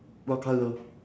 what colour